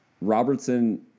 Robertson